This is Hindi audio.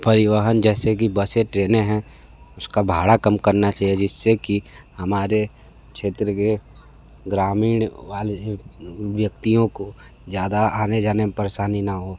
परिवहन जैसे की बसे ट्रेनें हैं उसका भाड़ा कम करना चाहिए जिससे कि हमारे क्षेत्र के ग्रामीण वाले व्यक्तियों को ज़्यादा आने जाने में परेशानी ना हो